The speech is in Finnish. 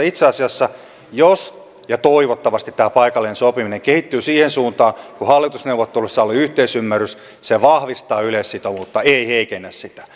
itse asiassa jos ja toivottavasti tämä paikallinen sopiminen kehittyy siihen suuntaan kuin hallitusneuvotteluissa oli yhteisymmärrys se vahvistaa yleissitovuutta ei heikennä sitä